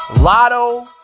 Lotto